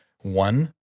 One